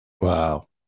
Wow